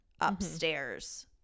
upstairs